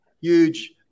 huge